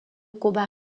combat